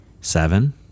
seven